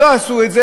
לא יודע,